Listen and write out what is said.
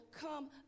come